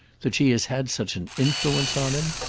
that she has had such an influence on him?